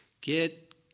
Get